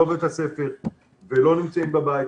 לא בבית הספר ולא נמצאים בבית,